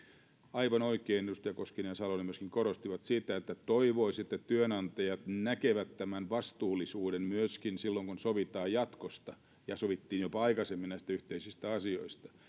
aivan oikein edustaja koskinen ja salonen myöskin korostivat sitä että toivoisi että työnantajat näkevät tämän vastuullisuuden myöskin silloin kun sovitaan jatkosta ja niin kuin jopa aikaisemmin sovittiin näistä yhteisistä asioista